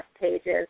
pages